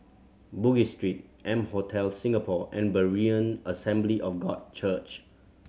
Bugis Street M Hotel Singapore and Berean Assembly of God Church